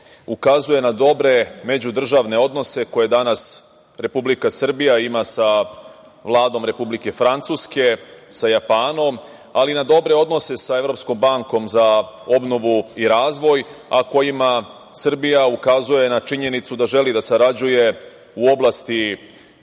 ukazuje na dobre međudržavne odnose koje danas Republika Srbija ima sa Vladom Republike Francuske, sa Japanom, ali i na dobre odnose sa Evropskom bankom za obnovu i razvoj, a kojima Srbija ukazuje na činjenicu da želi da sarađuje u oblasti